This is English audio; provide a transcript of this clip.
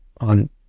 on